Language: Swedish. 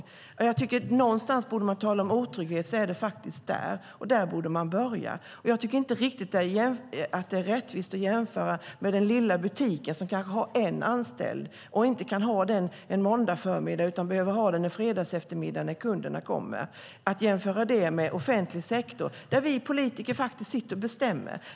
Jag tycker att om det är någonstans vi kan tala om otrygghet är det där, och där borde man börja. Jag tycker inte riktigt att det är rättvist att jämföra den lilla butiken, som kanske har en anställd och inte kan ha denna en måndag förmiddag utan behöver ha denna på fredag eftermiddag då kunderna kommer, med offentlig sektor där vi politiker faktiskt bestämmer.